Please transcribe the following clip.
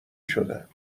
شدن